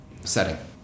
setting